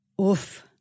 Oof